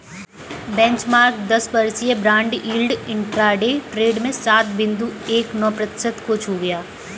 benchmark दस वर्षीय bond yield intraday trade में सात बिंदु एक नौ प्रतिशत को छू गया